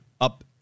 up